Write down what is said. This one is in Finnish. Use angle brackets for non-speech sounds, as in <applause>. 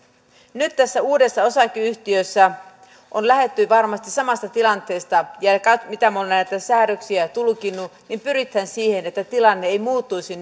nyt tässä uudessa osakeyhtiössä on lähdetty varmasti samasta tilanteesta ja mitä minä olen näitä säädöksiä tulkinnut niin pyritään siihen että tilanne ei muuttuisi <unintelligible>